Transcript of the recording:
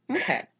Okay